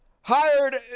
hired